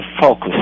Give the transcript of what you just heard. focus